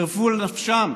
חירפו נפשם,